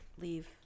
leave